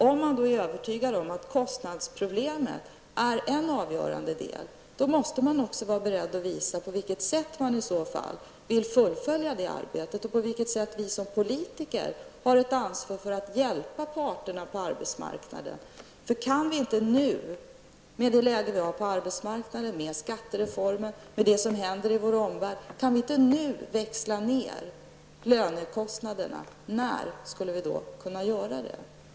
Om man är övertygad om att kostnadsproblemet är en avgörande del, måste man också vara beredd att visa på vilket sätt man i så fall vill fullfölja det arbetet och på vilket sätt vi som politiker har ett ansvar för att hjälpa parterna på arbetsmarknaden. Kan vi inte nu -- med det nuvarande läget på arbetsmarknaden, med skattereformen och med det som händer i vår omvärld -- växla ned lönekostnaderna, när skulle vi då kunna göra det?